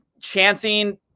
chancing –